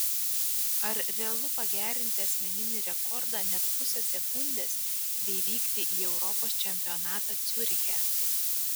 ar realu pagerinti asmeninį rekordą net pusę sekundės bei vykti į europos čempionatą ciuriche